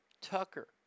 Tucker